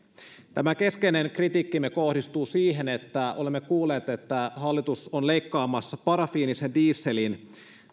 tämä keskeinen kritiikkimme kohdistuu siihen että olemme kuulleet että hallitus on leikkaamassa parafiinisen dieselin